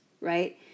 right